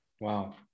Wow